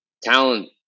talent